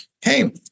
hey